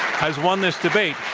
has won this debate.